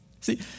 See